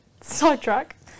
sidetrack